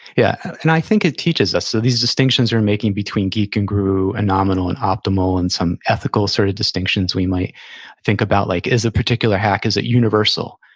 yeah and i think it teaches us, so these distinctions we're making between geek and guru, and nominal and optimal, and some ethical sort of distinctions we might think about, like is a particular hack, is it universal?